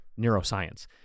neuroscience